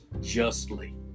justly